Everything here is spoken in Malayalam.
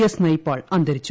എസ് നയ്പാൾ അന്തരിച്ചു